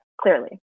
clearly